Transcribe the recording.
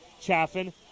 Chaffin